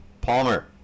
Palmer